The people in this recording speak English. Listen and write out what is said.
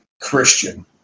Christian